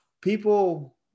people